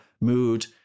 mood